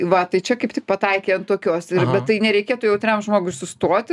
va tai čia kaip tik pataikei ant tokios ir bet tai nereikėtų jautriam žmogui sustoti